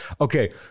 okay